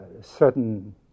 certain